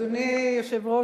אדוני היושב-ראש,